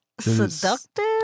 Seductive